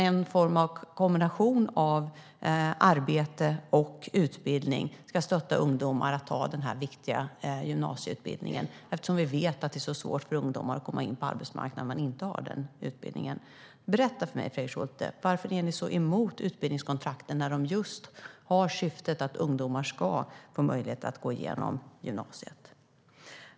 Genom en kombination av arbete och utbildning ska man stötta ungdomar att avsluta den viktiga gymnasieutbildningen, eftersom vi vet att det är mycket svårt för ungdomar att komma in på arbetsmarknaden om de inte har den. Berätta för mig, Fredrik Schulte - varför är ni så emot utbildningskontraktet när det just har syftet att ungdomar ska få möjlighet att komma igenom gymnasiet?